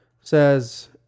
says